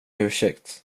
ursäkt